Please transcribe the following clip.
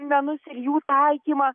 menus ir jų taikymą